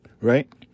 right